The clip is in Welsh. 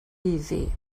iddi